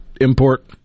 import